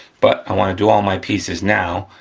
but i wanna do all my pieces now,